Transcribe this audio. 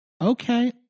okay